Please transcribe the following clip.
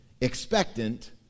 Expectant